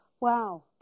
Wow